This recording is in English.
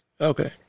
Okay